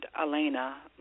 Elena